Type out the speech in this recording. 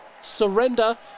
Surrender